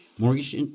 mortgage